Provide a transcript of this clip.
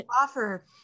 offer